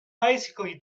basically